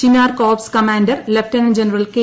Chinar corps commander lieutenant general K